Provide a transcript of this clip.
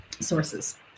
sources